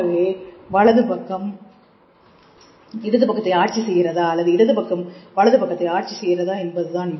ஆகவே வலதுபக்கம் இடது பக்கத்தை ஆட்சி செய்கிறதா அல்லது இடது பக்கம் வலது பக்கத்தை ஆட்சி செய்கிறதா என்பதுதான்